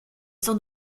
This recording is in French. sans